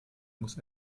muss